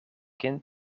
kind